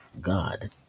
God